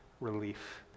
relief